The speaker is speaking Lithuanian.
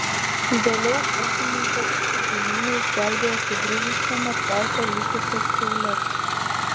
vėliau ūkininkas su kaimynais gelbėjo sugriuvusiame tvarte likusias kiaules